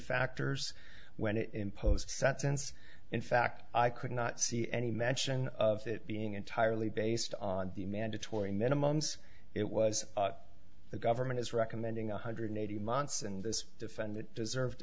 factors when it imposed sat since in fact i could not see any mention of it being entirely based on the mandatory minimums it was the government is recommending one hundred eighty months and this defendant deserved